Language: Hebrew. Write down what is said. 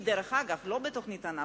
דרך אגב, לא בתוכנית אנאפוליס,